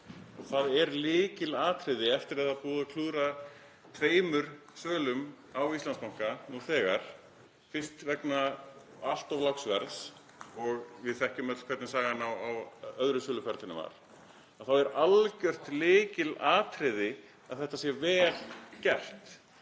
það er ekki traustvekjandi. Eftir að búið er að klúðra tveimur sölum á Íslandsbanka nú þegar, fyrst vegna allt of lágs verðs og við þekkjum öll hvernig sagan á öðru söluferlinu var, þá er algjört lykilatriði að þetta sé vel gert.